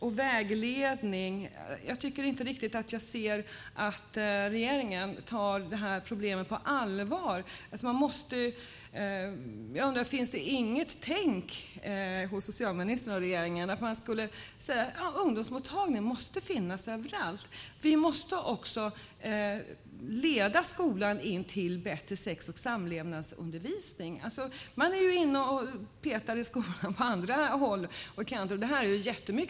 Vägledning nämns också. Jag ser inte att regeringen tar det här problemet riktigt på allvar. Jag undrar: Finns det inget tänk hos socialministern och regeringen att säga att ungdomsmottagningar måste finnas överallt? Vi måste också leda skolan in på bättre sex och samlevnadsundervisning. Man är ju inne och petar på andra håll och kanter i skolan.